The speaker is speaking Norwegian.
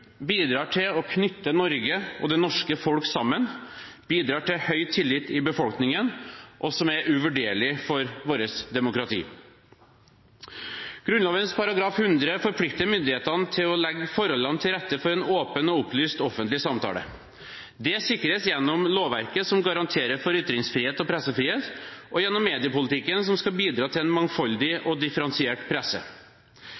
bidrar til å knytte Norge og det norske folk sammen, bidrar til høy tillit i befolkningen, og som er uvurderlig for vårt demokrati. Grunnloven § 100 forplikter myndighetene til å legge forholdene til rette for en åpen og opplyst offentlig samtale. Det sikres gjennom lovverket, som garanterer for ytringsfrihet og pressefrihet, og gjennom mediepolitikken, som skal bidra til en mangfoldig